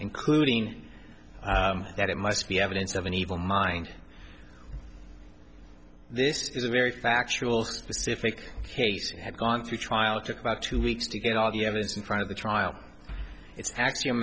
including that it must be evidence of an evil mind this is a very factual specific case had gone through trial took about two weeks to get all the evidence in front of the trial it's a